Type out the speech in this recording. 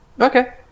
Okay